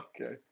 Okay